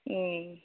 ம்